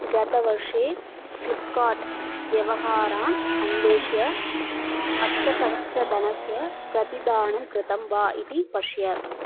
गतवर्षे फ़्लिप्कार्ट् व्यवहारान् अन्वेष्य अष्टसहस्रधनस्य प्रतिदानं कृतं वा इति पश्य